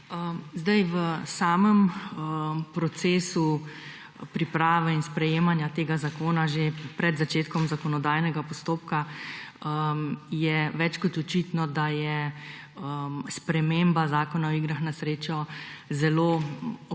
za besedo. V procesu priprave in sprejemanja tega zakona je že pred začetkom zakonodajnega postopka več kot očitno, da je sprememba Zakona o igrah na srečo zelo